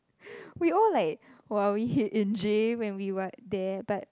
we all like !wah! we hit N_J when what there but